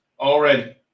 already